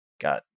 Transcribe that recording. got